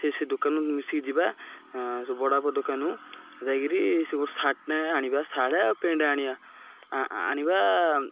ସେ ସେ ଦୋକାନ ମିଶିକିଯିବା ସେ ବଡ଼ବାପା ଦୋକାନୁ ଯାଇକିରି ସେ ଗୋଟ ସାର୍ଟଟା ଆଣିବା ସାର୍ଟ ଆଉ ପେଣ୍ଟ ଆଣିବା ଆଣିବା